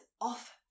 off